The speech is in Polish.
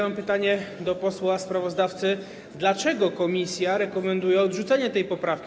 Mam pytanie do posła sprawozdawcy: Dlaczego komisja rekomenduje odrzucenie tej poprawki?